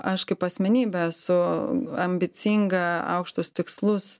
aš kaip asmenybė esu ambicinga aukštus tikslus